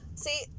See